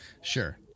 Sure